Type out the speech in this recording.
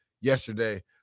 yesterday